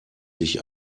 sich